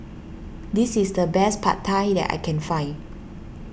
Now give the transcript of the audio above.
this is the best Pad Thai that I can find